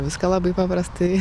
viską labai paprastai